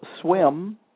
SWIM